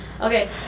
okay